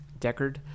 Deckard